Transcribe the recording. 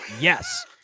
yes